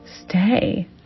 Stay